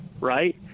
right